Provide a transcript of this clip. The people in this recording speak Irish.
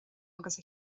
agus